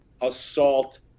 assault